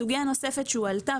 סוגיה נוספת שהועלתה,